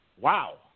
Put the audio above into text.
wow